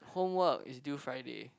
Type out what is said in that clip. homework is due Friday